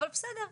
אבל בסדר.